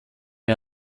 der